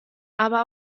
aber